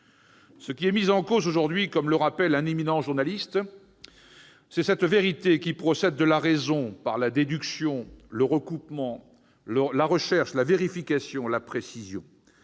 Ce qui est mis en cause aujourd'hui, comme le rappelle un éminent journaliste, c'est « cette vérité qui procède de la raison par la déduction, le recoupement, la recherche, la vérification, la précision.